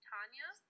Tanya